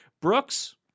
Brooks